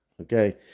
okay